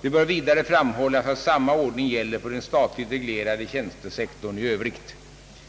Det bör vidare framhållas att samma ordning gäller för den statligt reglerade tjänstesektorn i Öövrigt.